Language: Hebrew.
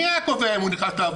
מי היה קובע אם הוא נכנס לעבודה?